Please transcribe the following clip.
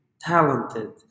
talented